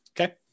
okay